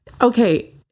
Okay